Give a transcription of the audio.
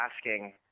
asking –